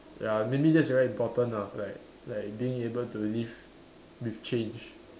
ya maybe that's very important ah like like being able to live with change